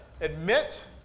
admit